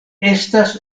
estas